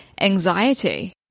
anxiety